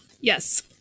Yes